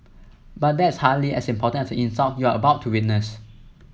but that's hardly as important as the insult you are about to witness